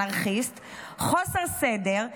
אנרכיסט: חוסר סדר,